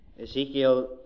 Ezekiel